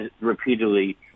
repeatedly